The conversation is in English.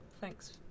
Thanks